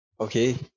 Okay